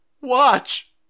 Watch